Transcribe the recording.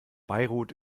beirut